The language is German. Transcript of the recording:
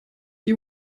die